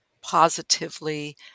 positively